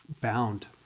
bound